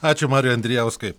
ačiū mariui andrijauskui